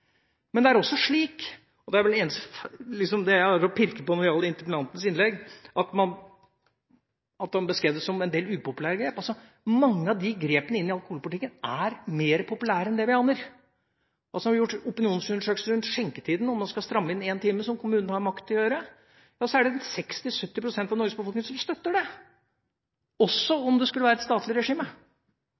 er vel det eneste jeg har å pirke på når det gjelder hans innlegg – beskrev det som en del upopulære grep. Mange av grepene inn mot alkoholpolitikken er mer populære enn det vi aner. Det er gjort opinionsundersøkelser rundt skjenketida, om man nå skal stramme inn med én time, som kommunen har makt til å gjøre, og 60–70 pst. av Norges befolkning støtter det – også om det skulle være et statlig regime.